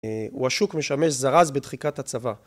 הוא... השוק משמש זרז בדחיקת הצבא